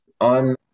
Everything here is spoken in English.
on